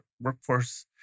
workforce